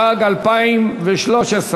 התשע"ג 2013,